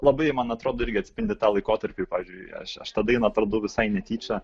labai man atrodo irgi atspindi tą laikotarpį pavyzdžiui aš aš tą dainą atradau visai netyčia